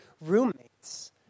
roommates